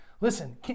listen